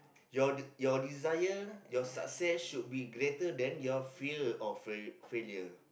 your d~ your desire your success should be greater than your fear of fail failure